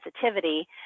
sensitivity